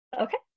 okay